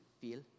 feel